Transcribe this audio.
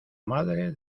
madre